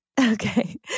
Okay